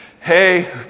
Hey